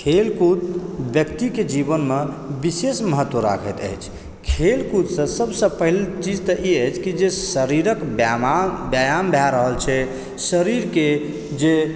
खेलकूद व्यक्तिके जीवनमे विशेष महत्व राखैत अछि खेलकूदसँ सबसँ पहिल चीज तऽ ई अछि कि जे शरीरके व्यायाम भए रहल छै शरीरके जे